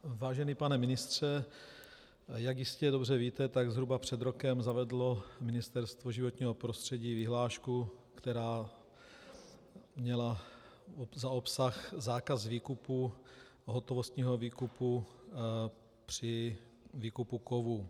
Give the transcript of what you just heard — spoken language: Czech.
Vážený pane ministře, jak jistě dobře víte, tak zhruba před rokem zavedlo Ministerstvo životního prostředí vyhlášku, která měla za obsah zákaz výkupu, hotovostního výkupu při výkupu kovů.